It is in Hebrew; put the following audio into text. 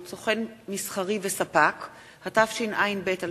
הכנסת, הישיבה